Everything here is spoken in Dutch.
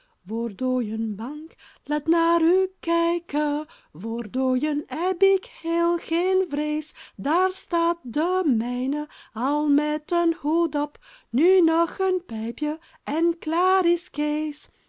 dooien bang laat naar u kijken voor dooien heb ik heel geen vrees daar staat de mijne al met een hoed op nu nog een pijpje en